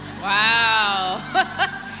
Wow